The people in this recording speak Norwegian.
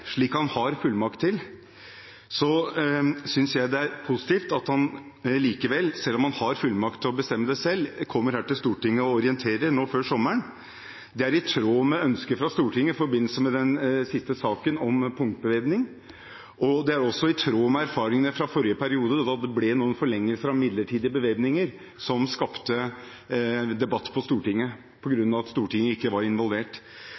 slik han har fullmakt til, synes jeg det er positivt at han – selv om han har fullmakt til å bestemme det selv – kommer hit til Stortinget og orienterer nå før sommeren. Det er i tråd med ønsket fra Stortinget i forbindelse med den siste saken om punktbevæpning, og det er også i tråd med erfaringene fra forrige periode, da det ble noen forlengelser av midlertidig bevæpning som skapte debatt på Stortinget – på grunn av at Stortinget ikke var involvert.